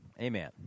Amen